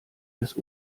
des